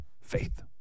Faith